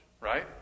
right